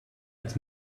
als